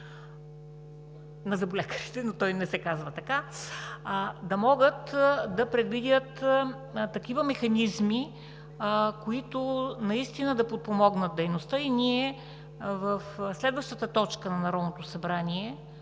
На зъболекарите, но той не се казва така, да могат да предвидят такива механизми, които наистина да подпомогнат дейността и ние в следващата точка на Народното събрание